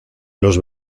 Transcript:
los